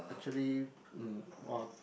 actually mm orh